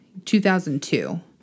2002